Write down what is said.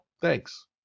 Thanks